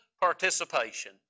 participation